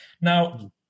now